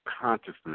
consciousness